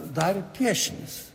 dar piešinius